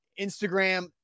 Instagram